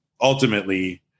ultimately